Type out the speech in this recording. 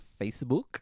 Facebook